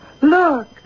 look